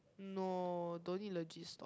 no don't need legit stock